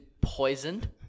poisoned